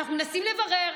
אנחנו מנסים לברר.